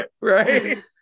right